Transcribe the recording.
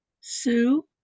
Sue